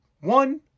one